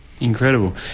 Incredible